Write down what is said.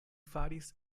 faris